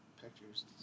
pictures